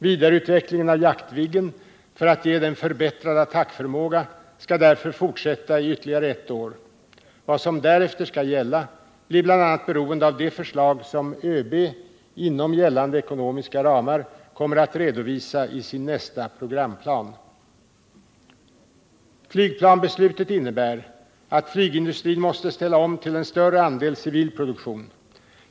Vidareutvecklingen av Jaktviggen för att ge den förbättrad attackförmåga skall därför fortsätta i ytterligare ett år. Vad som därefter skall gälla blir bl.a. beroende av det förslag som ÖB inom gällande ekonomiska ramar kommer att redovisa i sin nästa programplan. Flygplansbeslutet innebär att flygindustrin måste ställa om till en större andel civil produktion.